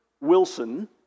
Wilson